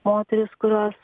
moterys kurios